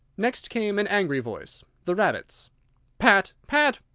next came an angry voice the rabbit's pat! pat!